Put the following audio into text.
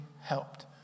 helped